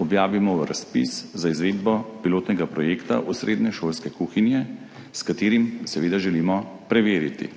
objavimo razpis za izvedbo pilotnega projekta v srednješolske kuhinje, s katerim seveda želimo preveriti